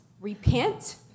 Repent